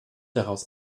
daraus